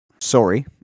sorry